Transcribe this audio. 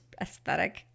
aesthetic